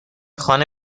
خانه